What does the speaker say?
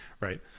right